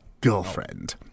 girlfriend